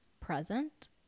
present